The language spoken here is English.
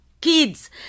kids